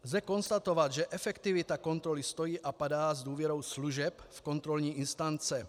Lze konstatovat, že efektivita kontroly stojí a padá s důvěrou služeb v kontrolní instance.